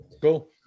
cool